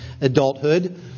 adulthood